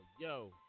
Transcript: Yo